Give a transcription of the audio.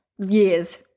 years